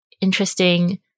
interesting